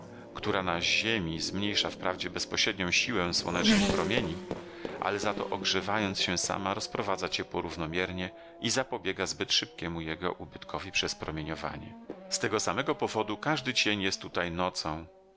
która na ziemi zmniejsza wprawdzie bezpośrednią siłę słonecznych promieni ale zato ogrzewając się sama rozprowadza ciepło równomiernie i zapobiega zbyt szybkiemu jego ubytkowi przez promieniowanie z tego samego powodu każdy cień jest tutaj nocą